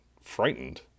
frightened